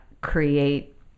create